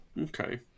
Okay